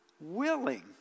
willing